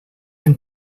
han